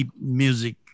music